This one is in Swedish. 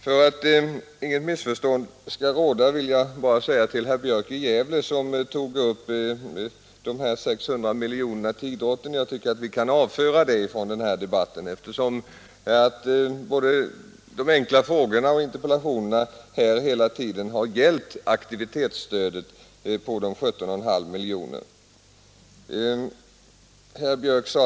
För att inget missförstånd skall råda vill jag bara säga till herr Björk i Gävle, som tog upp de 600 miljonerna till idrotten, att jag tycker att vi kan avföra den frågan från denna debatt, eftersom både de enkla frågorna och interpellationerna genomgående har gällt aktivitetsstödet på 17,5 miljoner kronor.